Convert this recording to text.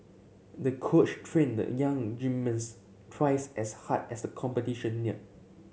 the coach trained the young gymnast twice as hard as the competition neared